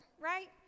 right